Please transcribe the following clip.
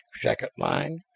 second-line